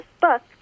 book